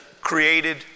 created